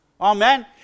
amen